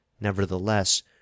nevertheless